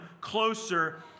closer